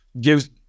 gives